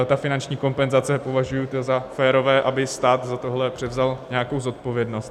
Ta finanční kompenzace považuji za férové, aby stát za tohle převzal nějakou zodpovědnost.